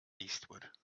eastward